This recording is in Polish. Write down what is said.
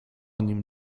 nim